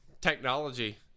technology